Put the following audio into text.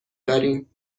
داریم